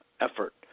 effort